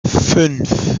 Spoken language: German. fünf